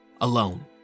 alone